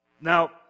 Now